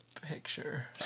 picture